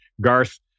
garth